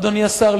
אדוני השר,